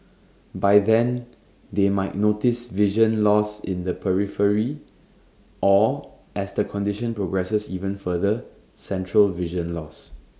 by then they might notice vision loss in the periphery or as the condition progresses even further central vision loss